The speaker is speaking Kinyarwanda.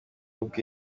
ubwe